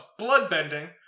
bloodbending